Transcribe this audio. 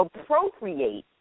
appropriate